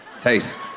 Taste